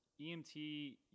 EMT